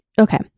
Okay